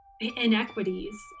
inequities